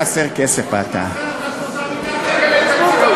חבר הכנסת מיקי לוי,